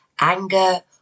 anger